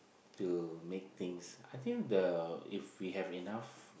to make things I think the if we have enough